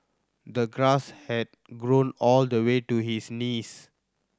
the grass had grown all the way to his knees